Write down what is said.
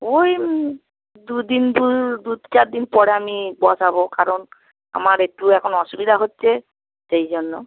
ওই দু দিন দু দু চার দিন পরে আমি বসাবো কারণ আমার একটু এখন অসুবিধা হচ্ছে সেই জন্য